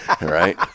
right